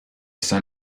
sun